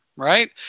Right